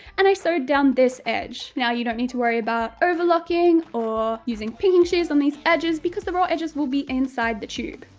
and i sewed down this edge. now you don't need to worry about overlocking or using pinking shears on these edges because the raw edges will be inside the tube.